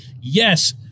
Yes